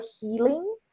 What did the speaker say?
healing